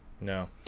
No